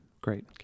Great